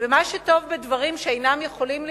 ומה שטוב בדברים שאינם יכולים להימשך,